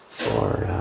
for